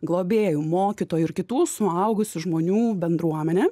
globėjų mokytojų ir kitų suaugusių žmonių bendruomenę